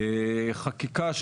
חקיקה,